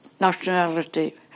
nationality